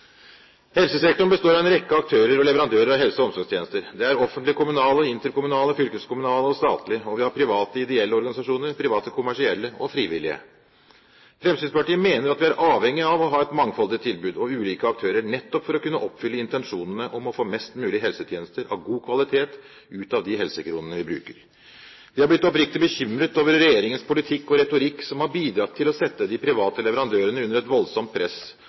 Helsesektoren består av en rekke aktører og leverandører av helse- og omsorgstjenester. Det er offentlige kommunale, interkommunale, fylkeskommunale og statlige, og vi har private ideelle organisasjoner, private kommersielle og frivillige. Fremskrittspartiet mener at vi er avhengige av å ha et mangfoldig tilbud og ulike aktører nettopp for å kunne oppfylle intensjonene om å få mest mulig helsetjenester av god kvalitet ut av de helsekronene vi bruker. Vi har blitt oppriktig bekymret over regjeringens politikk og retorikk, som har bidratt til å sette de private leverandørene under et voldsomt press,